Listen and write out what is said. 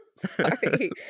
sorry